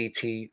CT